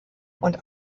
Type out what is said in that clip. und